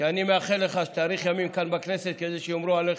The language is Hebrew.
אני מאחל לך שתאריך ימים כאן בכנסת כדי שיאמרו עליך,